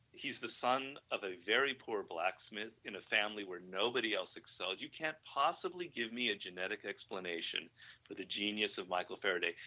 he is the son of a very poor blacksmith in a family where nobody else excelled, you can't possibly give me a genetic explanation for the genius of michael faraday.